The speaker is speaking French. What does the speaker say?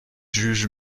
juge